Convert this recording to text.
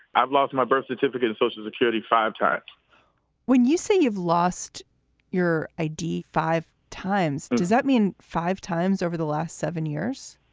i've lost my birth certificate, social security five times when you say you've lost your i d. five times. does that mean five times over the last seven years?